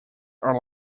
are